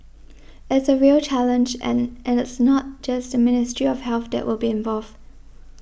it's a real challenge and and it's not just the Ministry of Health that will be involved